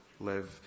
live